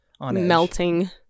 melting